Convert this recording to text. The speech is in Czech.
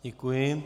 Děkuji.